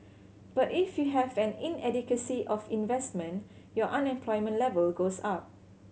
but if you have an inadequacy of investment your unemployment level goes up